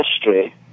history